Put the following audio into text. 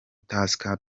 tusker